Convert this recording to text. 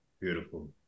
Beautiful